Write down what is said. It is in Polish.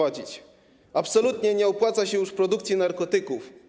Absolutnie nie opłaca się już produkcja narkotyków.